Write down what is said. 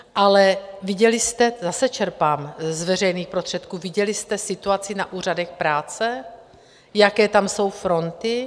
Ale viděli jste zase čerpám z veřejných prostředků situaci na úřadech práce, jaké tam jsou fronty?